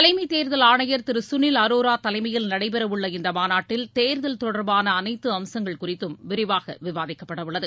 தலைமைத் தேர்தல் ஆணையர் திரு சுனில் அரோரா தலைமையில் நடைபெறவுள்ள இந்த மாநாட்டில் தேர்தல் தொடர்பான அனைத்து அம்சங்கள் குறித்தும் விரிவாக விவாதிக்கப்பட உள்ளது